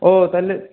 ও তাহলে